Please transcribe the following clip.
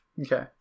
Okay